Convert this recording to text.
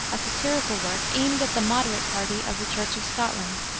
a satirical work aimed at the moderate party of the church of scotland,